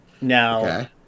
Now